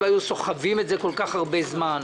לא היו סוחבים את זה כל-כך הרבה זמן.